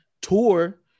tour